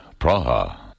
Praha